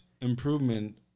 improvement